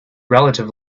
relative